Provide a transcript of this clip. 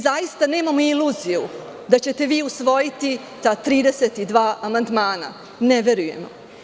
Zaista nemamo iluziju da ćete vi usvojiti ta 32 amandmana, ne verujemo.